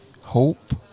hope